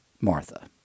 Martha